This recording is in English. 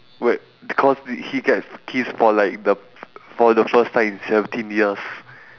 wait d~ cause did he get piss for like the for the first time in seventeen years